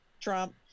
Trump